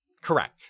correct